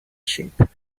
sheep